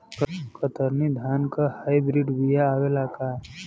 कतरनी धान क hybrid बिया आवेला का?